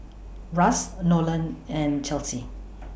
Russ Nolan and Chelsi